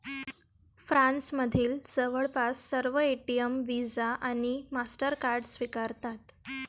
फ्रान्समधील जवळपास सर्व एटीएम व्हिसा आणि मास्टरकार्ड स्वीकारतात